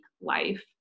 life